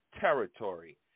Territory